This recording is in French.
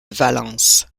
valence